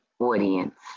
audience